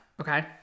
okay